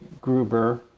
Gruber